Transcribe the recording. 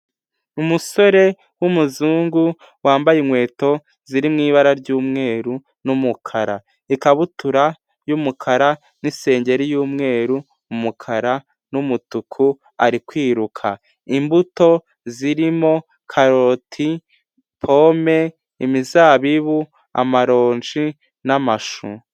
Umusore w'umuzungu wambaye inkweto ziri mu ibara ry'umweru n'umukara, ikabutura y'umukara n'isengeri y'umweru, umukara n'umutuku ari kwiruka, imbuto zirimo karoti, pome, imizabibu, amaronji n'amashu.